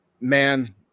Man